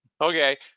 okay